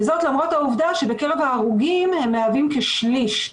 וזאת למרות העובדה שבקרב ההרוגים הם מהווים כשליש.